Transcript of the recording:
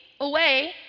away